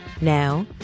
Now